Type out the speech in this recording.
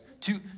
two